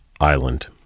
Island